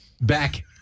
Back